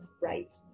right